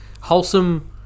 wholesome